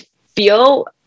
feel